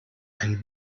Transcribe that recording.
ein